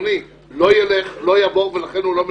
אדוני, לא ילך, לא יעבור, ולכן הוא לא מנסה.